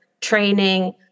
training